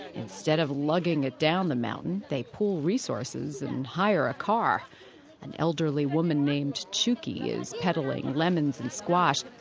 instead of lugging it down the mountain, they pool resources and hire a car an elderly woman named chuki is peddling lemons and squash